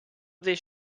this